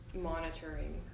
monitoring